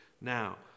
now